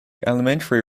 elementary